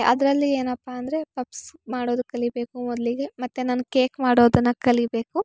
ಅದರಲ್ಲಿ ಏನಪ್ಪ ಅಂದರೆ ಪಪ್ಸ್ ಮಾಡೋದು ಕಲಿಬೇಕು ಮೊದಲಿಗೆ ಮತ್ತು ನಾನು ಕೇಕ್ ಮಾಡೋದನ್ನು ಕಲಿಬೇಕು